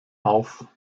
auf